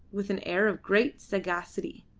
with an air of great sagacity.